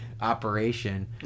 Operation